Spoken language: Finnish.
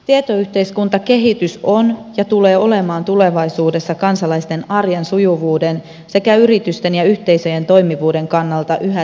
tietoyhteiskuntakehitys on ja tulee olemaan tulevaisuudessa kansalaisten arjen sujuvuuden sekä yritysten ja yhteisöjen toimivuuden kannalta yhä tärkeämpää